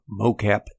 mocap